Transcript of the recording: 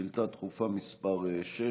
שאילתה דחופה מס' 6,